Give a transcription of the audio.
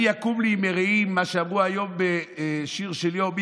מ"מי יקום לי עם מרֵעים" מה שאמרו היום בשיר של יום,